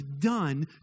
done